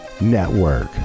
Network